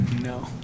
no